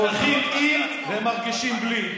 הולכים עם ומרגישים בלי.